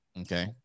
okay